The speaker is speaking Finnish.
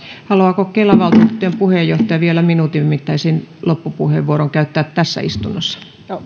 haluaako kelan valtuutettujen puheenjohtaja vielä minuutin mittaisen loppupuheenvuoron käyttää tässä istunnossa